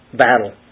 battle